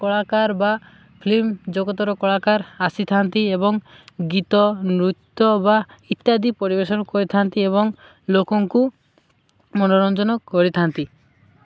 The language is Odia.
କଳାକାର ବା ଫିଲ୍ମ ଜଗତର କଳାକାର ଆସିଥାନ୍ତି ଏବଂ ଗୀତ ନୃତ୍ୟ ବା ଇତ୍ୟାଦି ପରିବେଷଣ କରିଥାନ୍ତି ଏବଂ ଲୋକଙ୍କୁ ମନୋରଞ୍ଜନ କରିଥାନ୍ତି